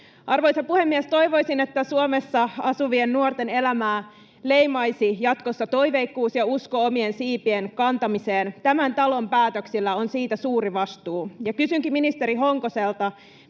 Arvoisa puhemies! Toivoisin, että Suomessa asuvien nuorten elämää leimaisi jatkossa toiveikkuus ja usko omien siipien kantamiseen. Tämän talon päätöksillä on siitä suuri vastuu. Kysynkin ministeri Honkoselta: